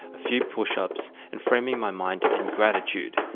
a few pushups, and framing my mind and gratitude.